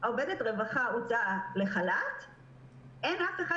ועובדת הרווחה הוצאה לחל"ת ואין אף אחד